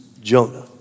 Jonah